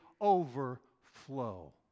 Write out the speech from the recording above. overflow